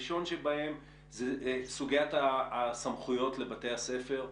הראשון שבהם זו סוגיית הסמכות לבתי הספר,